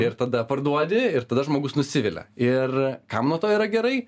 ir tada parduodi ir tada žmogus nusivilia ir kam nuo to yra gerai